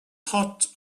hot